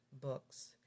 books